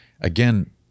Again